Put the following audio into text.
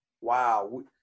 wow